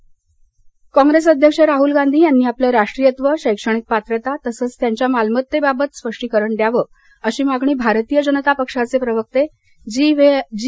राहूल गांधी भाजप काँग्रेस अध्यक्ष राहुल गांधी यांनी आपलं राष्ट्रीयत्व शैक्षणिक पात्रता तसंच त्यांच्या मालमत्ते बाबत स्पष्टीकरण द्यावं अशी मागणी भारतीय जनता पक्षाचे प्रवक्ते जी